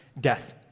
death